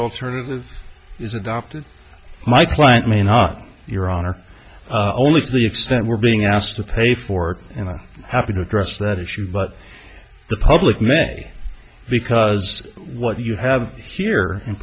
alternative is adopted my client may not your honor only to the extent we're being asked to pay for it and i'm happy to address that issue but the public may because what you have here in